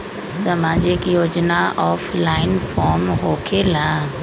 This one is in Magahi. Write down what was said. समाजिक योजना ऑफलाइन फॉर्म होकेला?